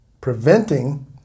preventing